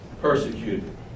persecuted